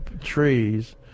trees